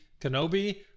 Kenobi